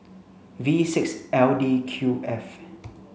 V six L D Q F